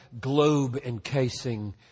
globe-encasing